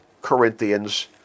Corinthians